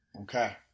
Okay